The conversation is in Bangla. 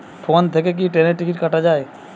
ফোন থেকে কি ট্রেনের টিকিট কাটা য়ায়?